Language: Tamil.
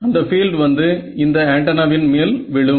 அந்த பீல்டு வந்து இந்த ஆன்டென்னாவின் மேல் விழும்